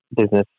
Business